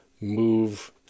move